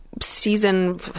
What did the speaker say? season